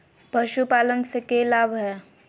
पशुपालन से के लाभ हय?